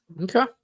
okay